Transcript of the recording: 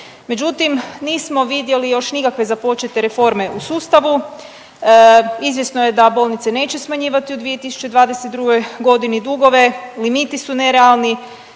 Međutim, nismo vidjeli još nikakve započete reforme u sustavu, izvjesno je da bolnice neće smanjivati u 2022.g. dugove, limiti su nerealni,